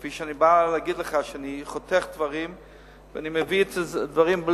כפי שאני בא להגיד לך שאני חותך דברים ואני מביא את הדברים,